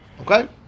Okay